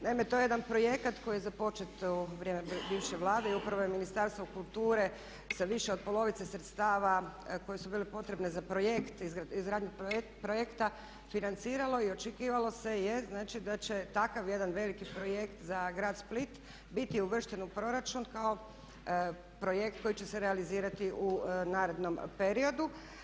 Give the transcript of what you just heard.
Naime, to je jedan projekt koji je započet u vrijeme bivše Vlade i upravo je Ministarstvo kulture sa više od polovice sredstava koja su bila potrebna za projekt i izgradnju projekta financiralo i očekivalo se je znači da će takav jedan veliki projekt za grad Split biti uvršten u proračun kao projekt koji će se realizirati u narednom periodu.